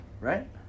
right